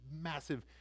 massive